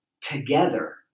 together